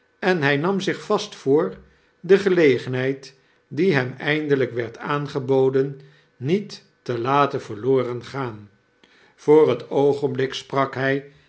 en hij nam zich vast voor de gelegenheid die hem eindelijk werd aangeboden niet te laten verloren gaan voor het oogenblik sprak hy